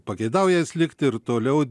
pageidauja jis likti ir toliau